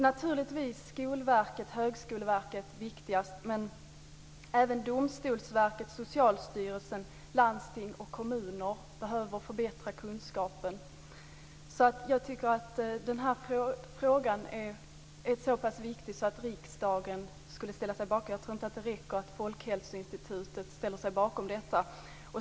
Naturligtvis är Skolverket och Högskoleverket viktigast här, men även Domstolsverket, Socialstyrelsen, landsting och kommuner behöver förbättra kunskapen. Jag tycker att den här frågan är så pass viktig att riksdagen borde ställa sig bakom detta. Jag tror inte att det räcker att Folkhälsoinstitutet gör det.